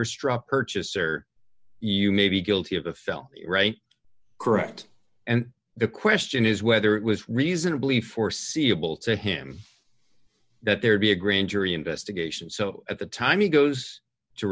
a straw purchaser you may be guilty of a fell right correct and the question is whether it was reasonably foreseeable to him that there'd be a grand jury investigation so at the time he goes to